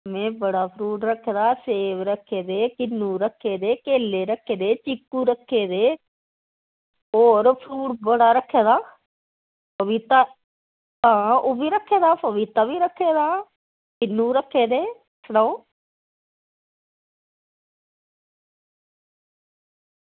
में बड़ा फ्रूट रक्खे दा सेब रक्खे दे किन्नु रक्खे दे केले रक्खे दे पीकु रक्खे दे होर फ्रूट बड़ा रक्खे दा पपीता आं ओह्बी रक्खे दा पपीता बी रक्खे दा किन्नु रक्खे दे सनाओ